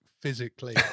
physically